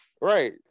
Right